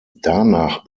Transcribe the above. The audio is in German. danach